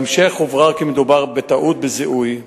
בהמשך הוברר כי מדובר בטעות בזיהוי.